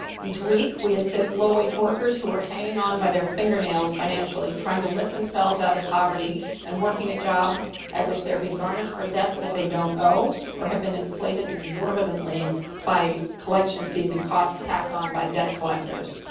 each week, we assist low-wage workers who are hanging on by their fingernails financially, trying to lift themselves out of poverty and working at jobs at which they are being garnished for debts that they don't owe or have been inflated exorbitantly by collection fees and costs tacked on by debt collectors.